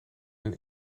een